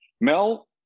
Mel